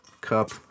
cup